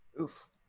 Oof